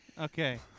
Okay